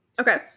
Okay